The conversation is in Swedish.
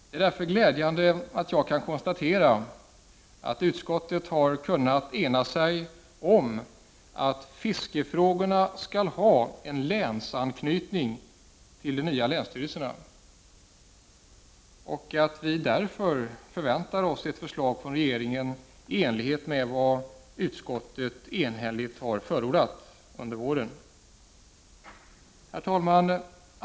Det är därför glädjande att jag kan konstatera att utskottet har kunnat ena sig om att fiskefrågorna skall ha en länsanknytning till de nya länsstyrelserna och att vi därför förväntar oss ett förslag från regeringen under våren i enlighet med vad ett enhälligt utskott har förordat. Herr talman!